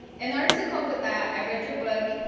in order to cope with that, i read your book,